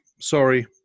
sorry